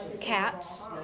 cats